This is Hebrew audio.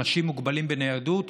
אנשים מוגבלים בניידות,